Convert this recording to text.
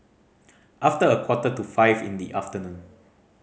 after a quarter to five in the afternoon